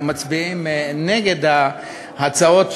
מצביעים נגד ההצעות,